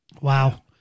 Wow